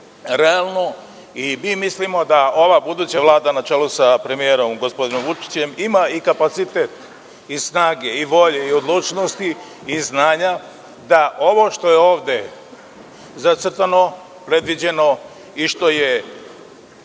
realno i mislimo da ova buduća Vlada, na čelu sa premijerom gospodinom Vučićem ima i kapacitet i snage i volje i odlučnosti i znanja da ovo što je ovde zacrtano, predviđeno i što je